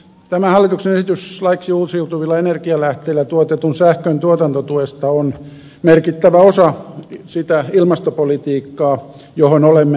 tämä hallituksen esitys laiksi uusiutuvilla energialähteillä tuotetun sähkön tuotantotuesta on merkittävä osa sitä ilmastopolitiikkaa johon olemme sitoutuneet